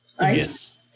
Yes